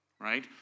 right